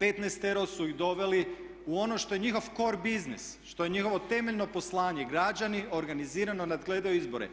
15 su ih doveli u ono što je njihov core business, što je njihovo temeljno poslanje, građani organizirano nadgledaju izbore.